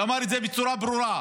ואמר את זה בצורה ברורה,